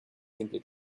simply